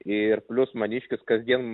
ir plius maniškis kasdien